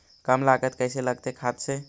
कम लागत कैसे लगतय खाद से?